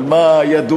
על מה ידונו?